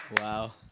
wow